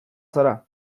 zara